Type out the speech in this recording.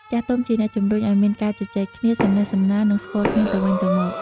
ចាស់ទុំជាអ្នកជំរុញឲ្យមានការជជែកគ្នា សំណេះសំណាល និងស្គាល់គ្នាទៅវិញទៅមក។